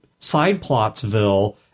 Sideplotsville